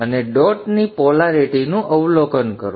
અને ડોટની પોલેરિટીનું અવલોકન કરો